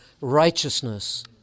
righteousness